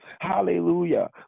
hallelujah